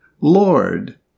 Lord